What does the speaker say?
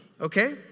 okay